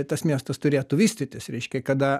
tas miestas turėtų vystytis reiškia kada